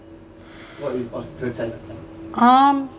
um